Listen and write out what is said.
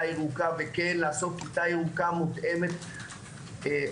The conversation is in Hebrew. הירוקה וכן לעשות כיתה ירוקה מותאמת אומיקרון.